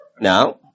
Now